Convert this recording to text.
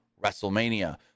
WrestleMania